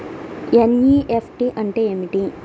NEFT అంటే ఏమిటి?